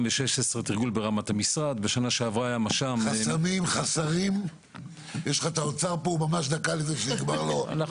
המשרד לביטחון לאומי לא הציג אבל אלה לא רק